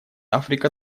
африка